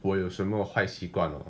我有什么坏习惯 uh